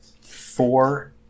four